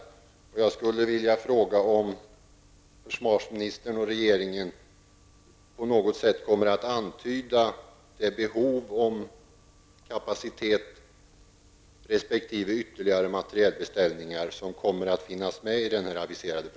Jag skulle vilja fråga om försvarsministern och regeringen på något sätt kommer att antyda ett behov av kapacitet resp.